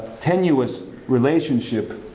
tenuous relationship.